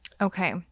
Okay